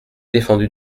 défendu